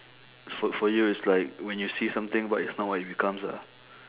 fo~ for you is like when you see something what is not what it becomes lah